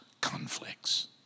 conflicts